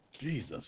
Jesus